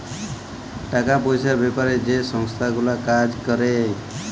টাকা পয়সার বেপারে যে সংস্থা গুলা কাজ ক্যরে